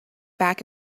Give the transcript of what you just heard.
back